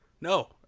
No